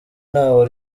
ntaho